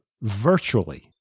virtually